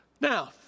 Now